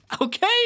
Okay